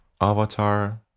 Avatar